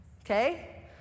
okay